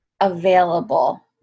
available